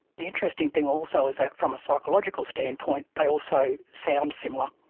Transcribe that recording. the interesting thing also is that from a psychological standpoint they also sound similar.